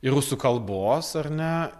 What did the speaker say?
ir rusų kalbos ar ne